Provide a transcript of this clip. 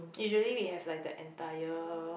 usually we have like the entire